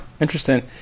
interesting